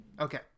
Okay